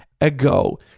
ago